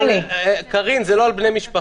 אבל, קארין, זה לא על בני משפחה.